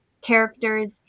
characters